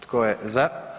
Tko je za?